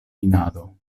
minado